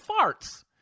farts